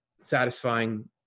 satisfying